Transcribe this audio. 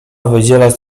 wydzielać